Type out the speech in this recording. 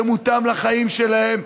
שמותאם לחיים שלהם,